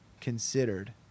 considered